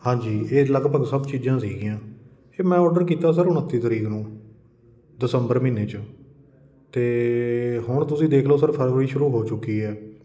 ਹਾਂਜੀ ਇਹ ਲਗਭੱਗ ਸਭ ਚੀਜ਼ਾਂ ਸੀਗੀਆਂ ਇਹ ਮੈਂ ਔਡਰ ਕੀਤਾ ਸਰ ਉਣੱਤੀ ਤਰੀਕ ਨੂੰ ਦਸੰਬਰ ਮਹੀਨੇ 'ਚ ਅਤੇ ਹੁਣ ਤੁਸੀਂ ਦੇਖ ਲੋ ਸਰ ਫਰਵਰੀ ਸ਼ੁਰੂ ਹੋ ਚੁੱਕੀ ਹੈ